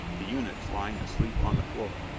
the eunuchs lying asleep on the floor.